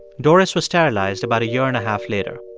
doris was sterilized about a year and a half later.